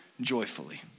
joyfully